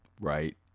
right